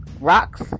rocks